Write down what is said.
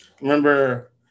remember